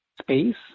space